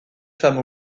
femme